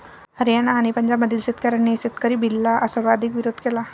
हरियाणा आणि पंजाबमधील शेतकऱ्यांनी शेतकरी बिलला सर्वाधिक विरोध केला